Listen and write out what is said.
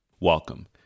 Welcome